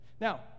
Now